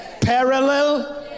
parallel